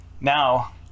Now